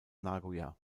nagoya